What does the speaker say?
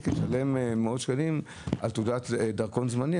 לשלם מאות שקלים על ניפוק דרכון זמני?